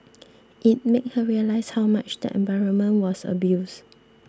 it made her realise how much the environment was abused